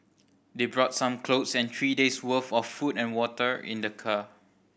they brought some clothes and three days worth of food and water in their car